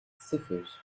sıfır